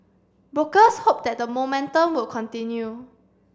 brokers hope that the momentum will continue